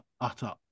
utter